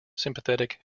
sympathetic